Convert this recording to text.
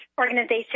organization